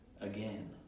again